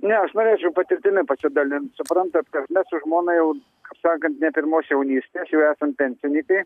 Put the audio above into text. ne aš norėčiau patirtimi pasidalint suprantat kas mes su žmona jau kap sakant jau ne pirmos jaunystės esam pensinykai